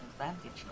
advantage